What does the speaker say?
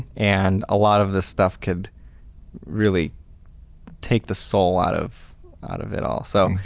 and a lot of this stuff could really take the soul out of out of it all. so,